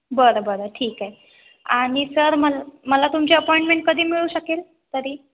बरं बरं ठीक आहे आणि सर मला मला तुमची अपॉइंटमेंट कधी मिळू शकेल कधी